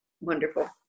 wonderful